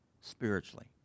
spiritually